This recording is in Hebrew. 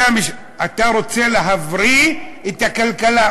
אתה רוצה להבריא את הכלכלה.